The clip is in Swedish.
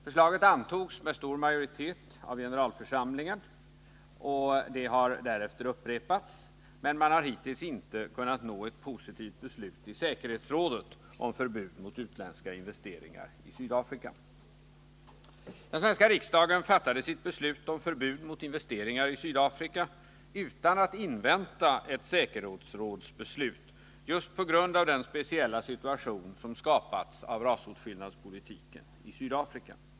Förslag antogs med stor majoritet av generalförsamlingen och har därefter upprepats, men man har hittills inte kunnat nå ett positivt beslut i säkerhetsrådet om förbud mot utländska investeringar i Sydafrika. Den svenska riksdagen fattade sitt beslut om förbud mot investeringar i Sydafrika utan att invänta ett säkerhetsrådsbeslut, just på grund av den speciella situation som skapats genom rasåtskillnadspolitiken i Sydafrika.